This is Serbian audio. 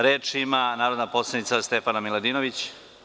Reč ima narodna poslanica Stefana Miladinović.